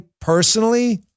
personally